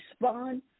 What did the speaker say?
respond